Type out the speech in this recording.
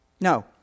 No